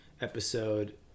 episode